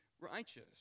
righteous